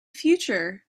future